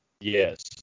Yes